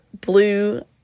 blue